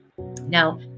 Now